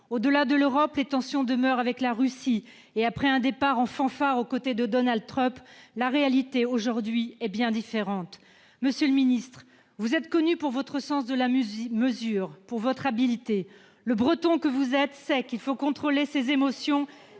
Au-delà de l'Europe, les tensions demeurent avec la Russie, et après un départ en fanfare aux côtés de Donald Trump, la réalité aujourd'hui est bien différente. Monsieur le ministre, vous êtes connu pour votre sens de la mesure et pour votre habileté. Le Breton que vous êtes sait qu'il faut contrôler ses émotions